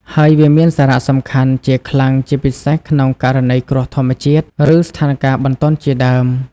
ហើយវាមានសារៈសំខាន់ជាខ្លាំង ជាពិសេសក្នុងករណីគ្រោះធម្មជាតិ ឬស្ថានការណ៍បន្ទាន់ជាដើម។